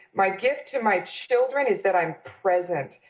my gift to my children is that i'm present,